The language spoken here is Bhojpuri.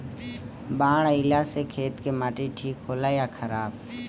बाढ़ अईला से खेत के माटी ठीक होला या खराब?